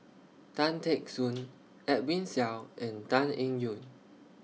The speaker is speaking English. Tan Teck Soon Edwin Siew and Tan Eng Yoon